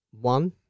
One